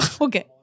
Okay